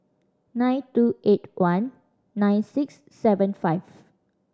nine two eight one nine six seven five